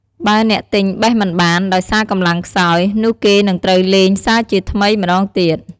បើអ្នកទិញបេះមិនបាន ដោយសារកម្លាំងខ្សោយ នោះគេនឹងត្រូវលេងសាជាថ្មីម្តងទៀត ។